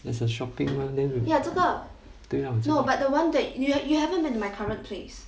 there's a shopping mah 对 lah